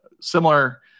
similar